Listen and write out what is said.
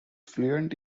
fluent